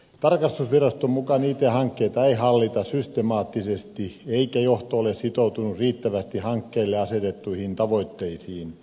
tarkastusviraston mukaan it hankkeita ei hallita systemaattisesti eikä johto ole sitoutunut riittävästi hankkeille asetettuihin tavoitteisiin